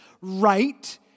right